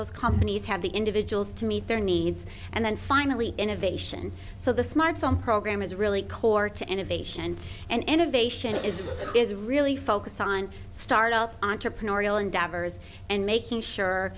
those companies have the individuals to meet their needs and then finally innovation so the smartphone program is really core to innovation and innovation is what is really focused on stardoll entrepreneurial endeavors and making sure